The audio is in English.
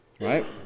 right